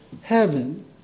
heaven